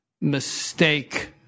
mistake